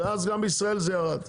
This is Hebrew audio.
ואז גם בישראל זה ירד.